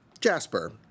Jasper